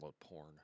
porn